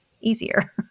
easier